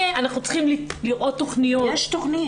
אנחנו צריכים לראות תכניות- -- יש תכנית.